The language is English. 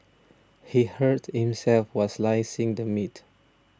he hurt himself while slicing the meat